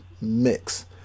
mix